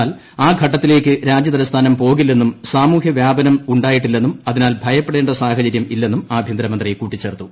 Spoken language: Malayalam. എന്നാൽ ആ ഘട്ടത്തിലേയ്ക്ക് രാജ്യതലസ്ഥാനം പോകില്ലെന്നും സമൂഹവ്യാപനം ഉണ്ടായിട്ടില്ലെന്നും അതിനാൽ ഭയപ്പെടേണ്ട സാഹചര്യം ഇല്ലെന്നും ആഭ്യന്തരമന്ത്രി കൂട്ടിച്ചേർത്തു